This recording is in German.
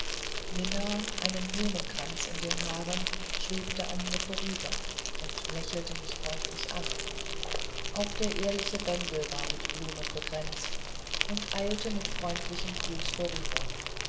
mina einen blumenkranz in den haaren schwebte an mir vorüber und lächelte mich freundlich an auch der ehrliche bendel war mit blumen bekränzt und eilte mit freundlichem gruße vorüber